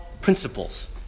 principles